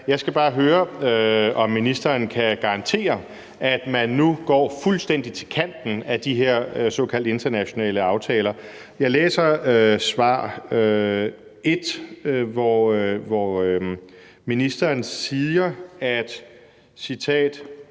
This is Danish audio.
Jeg skal bare høre, om ministeren kan garantere, at man nu går fuldstændig til kanten af de her såkaldte internationale aftaler. Jeg læser op fra svar på spørgsmål 1, hvori ministeren siger om